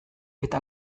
eta